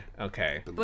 Okay